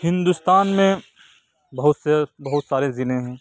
ہندوستان میں بہت سے بہت سارے ضلع ہیں